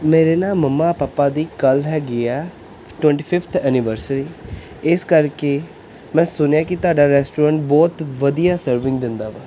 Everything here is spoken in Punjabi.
ਮੇਰੇ ਨਾ ਮੰਮਾ ਪਾਪਾ ਦੀ ਕੱਲ੍ਹ ਹੈਗੀ ਹੈ ਟਵੈਂਟੀ ਫਿਫਥ ਐਨੀਵਰਸਰੀ ਇਸ ਕਰਕੇ ਮੈਂ ਸੁਣਿਆ ਕਿ ਤੁਹਾਡਾ ਰੈਸਟੋਰੈਂਟ ਬਹੁਤ ਵਧੀਆ ਸਰਵਿੰਗ ਦਿੰਦਾ ਵਾ